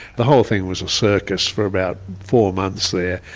the whole thing was a circus for about four months there,